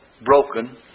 broken